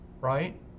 right